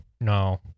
no